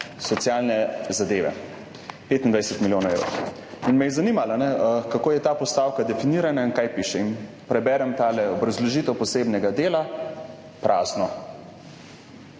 možnosti – 25 milijonov evrov. In me je zanimalo, kako je ta postavka definirana in kaj piše. Preberem obrazložitev posebnega dela – prazno.